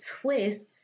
twist